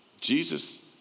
Jesus